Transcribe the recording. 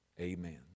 Amen